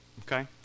Okay